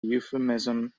euphemism